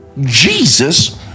Jesus